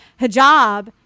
hijab